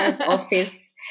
office